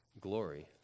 glory